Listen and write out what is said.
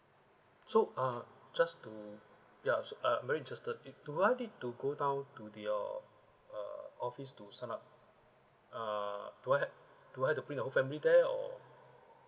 so uh just to ya uh I'm very interested do I need to go down to your uh office to sign up ah do I do I have to bring the whole family there or